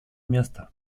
место